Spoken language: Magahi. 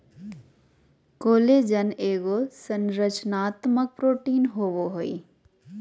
कोलेजन एगो संरचनात्मक प्रोटीन होबैय हइ